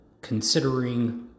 considering